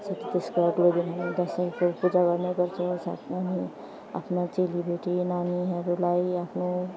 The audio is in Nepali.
साथै त्यसको अर्को दसैँको पूजा गर्ने गर्छौँ साथमा अनि आफ्नो चेलीबेटी नानीहरूलाई आफ्नो